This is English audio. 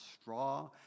straw